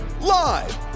live